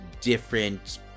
different